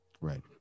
Right